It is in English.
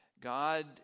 God